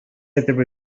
әйтеп